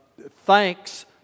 thanks